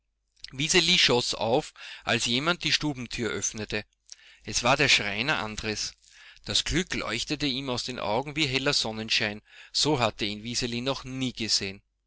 schoß auf als jemand die stubentür öffnete es war der schreiner andres das glück leuchtete ihm aus den augen wie heller sonnenschein so hatte ihn wiseli noch nie gesehen